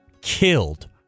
killed